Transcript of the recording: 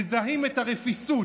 מזהים את הרפיסות